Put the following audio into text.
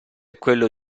quello